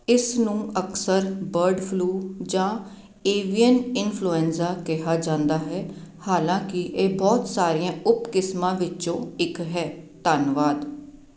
ਇਸ ਨੂੰ ਅਕਸਰ ਬਰਡ ਫਲੂ ਜਾਂ ਏਵੀਅਨ ਇਨਫਲੂਐਂਜ਼ਾ ਕਿਹਾ ਜਾਂਦਾ ਹੈ ਹਾਲਾਂਕਿ ਇਹ ਬਹੁਤ ਸਾਰੀਆਂ ਉਪ ਕਿਸਮਾਂ ਵਿੱਚੋਂ ਇੱਕ ਹੈ ਧੰਨਵਾਦ